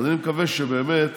אז אני מקווה שבאמת